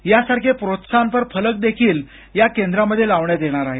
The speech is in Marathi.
यांसारखे प्रोत्साहनपर फलक देखील केंद्रामध्ये लावण्यात येणार आहेत